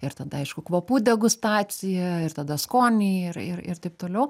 ir tada aišku kvapų degustaciją ir tada skonį ir ir ir taip toliau